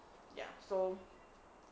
ya so